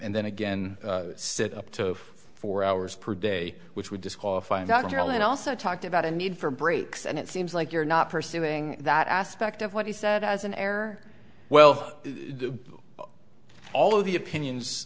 and then again sit up to four hours per day which would disqualify not carolyn also talked about a need for breaks and it seems like you're not pursuing that aspect of what he said as an error well all of the opinions